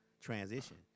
transition